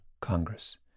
Congress